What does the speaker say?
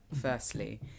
firstly